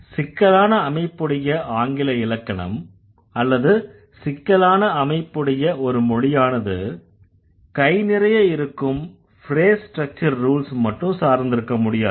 சிக்கலான அமைப்புடைய ஆங்கில இலக்கணம் அல்லது சிக்கலான அமைப்புடைய ஒரு மொழியானது கை நிறைய இருக்கும் ஃப்ரேஸ் ஸ்ட்ரக்சர் ரூல்ஸ மட்டும் சார்ந்திருக்க முடியாது